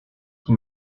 qui